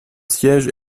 siège